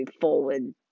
forward